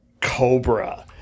Cobra